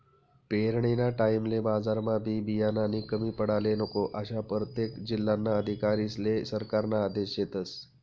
पेरनीना टाईमले बजारमा बी बियानानी कमी पडाले नको, आशा परतेक जिल्हाना अधिकारीस्ले सरकारना आदेश शेतस